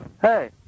Hey